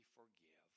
forgive